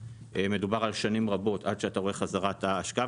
- מדובר על שנים רבות עד שאתה רואה חזרה את ההשקעה.